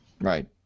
Right